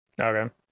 Okay